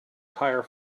tire